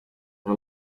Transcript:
nka